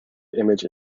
image